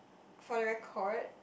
for the record